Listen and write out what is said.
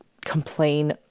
complain